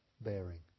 bearing